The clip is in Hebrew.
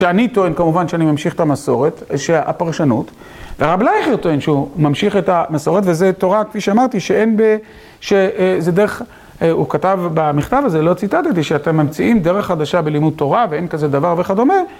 שאני טוען כמובן שאני ממשיך את המסורת, שהפרשנות, ורב בלייכר טוען שהוא ממשיך את המסורת, וזו תורה כפי שאמרתי שאין ב... שזה דרך... הוא כתב במכתב הזה, לא ציטטתי, שאתם ממציאים דרך חדשה בלימוד תורה ואין כזה דבר וכדומה.